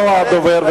לא הדובר,